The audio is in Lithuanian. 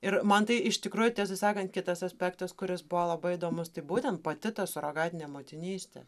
ir man tai iš tikrųjų tiesą sakant kitas aspektas kuris buvo labai įdomus tai būtent pati ta surogatinė motinystė